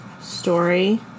story